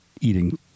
eating